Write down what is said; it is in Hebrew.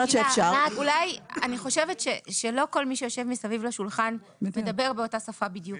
אני חושבת שלא כל מי שיושב מסביב לשולחן מדבר באותה שפה בדיוק.